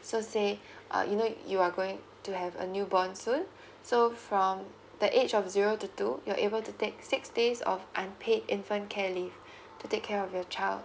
so say uh you know you are going to have a new born soon so from the age of zero to two you're able to take six days of unpaid infant care leave to take care of your child